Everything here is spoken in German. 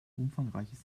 umfangreiches